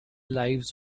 lives